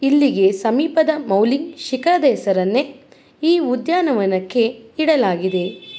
ಇಲ್ಲಿಗೆ ಸಮೀಪದ ಮೌಲಿಂಗ್ ಶಿಖರದ ಹೆಸರನ್ನೇ ಈ ಉದ್ಯಾನವನಕ್ಕೆ ಇಡಲಾಗಿದೆ